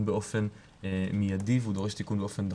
באופן מיידי והוא דורש תיקון באופן דחוף.